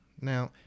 Now